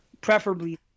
preferably